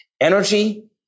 energy